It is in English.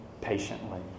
patiently